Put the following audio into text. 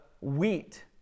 wheat